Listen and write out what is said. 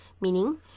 Meaning